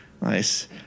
Nice